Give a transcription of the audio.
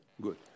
good